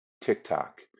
TikTok